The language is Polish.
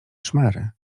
szmery